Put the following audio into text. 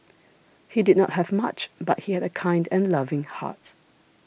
he did not have much but he had a kind and loving heart